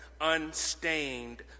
unstained